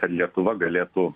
ar lietuva galėtų